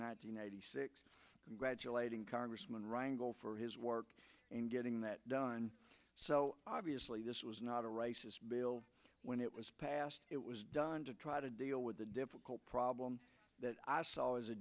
ninety six congratulating congressman rangle for his work in getting that done so obviously this was not a racist bill when it was passed it was done to try to deal with the difficult problem that i saw as a